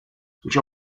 which